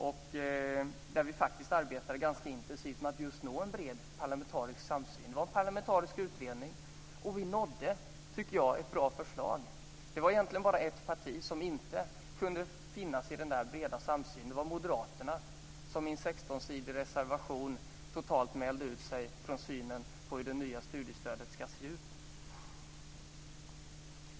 Vi arbetade faktiskt ganska intensivt med att nå en bred parlamentarisk samsyn. Det var en parlamentarisk utredning. Vi nådde, tycker jag, ett bra förslag. Det var egentligen bara ett parti som inte fanns i den breda samsynen. Det var Moderaterna, som i en 16-sidig reservation totalt mälde ut sig från synen på hur det nya studiestödet ska se ut.